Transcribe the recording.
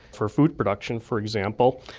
for food production, for example,